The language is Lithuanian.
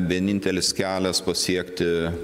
vienintelis kelias pasiekti